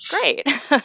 great